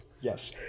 Yes